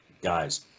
guys